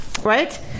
right